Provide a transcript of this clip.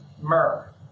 myrrh